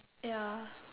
ya